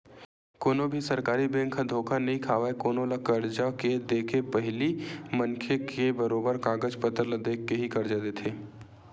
कोनो भी सरकारी बेंक ह धोखा नइ खावय कोनो ल करजा के देके पहिली मनखे के बरोबर कागज पतर ल देख के ही करजा देथे